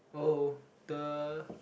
oh the